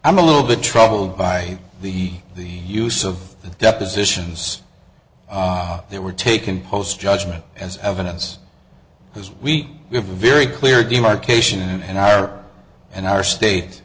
i'm a little bit troubled by the the use of depositions that were taken post judgment as evidence because we have very clear demarcation and our and our state